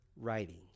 writing